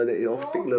no